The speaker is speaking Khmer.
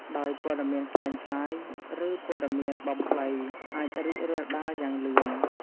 ដោយព័ត៌មានក្លែងក្លាយ ឬព័ត៌មានបំភ្លៃអាចរីករាលដាលយ៉ាងលឿន។